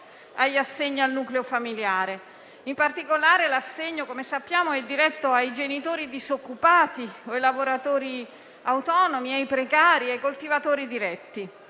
agli assegni al nucleo familiare. In particolare, l'assegno - come sappiamo - è diretto ai genitori disoccupati, lavoratori autonomi, precari o coltivatori diretti.